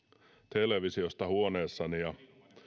televisiosta huoneessani ja